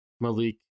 Malik